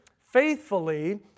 faithfully